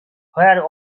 where